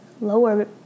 lower